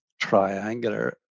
triangular